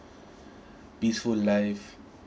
peaceful life